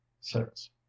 six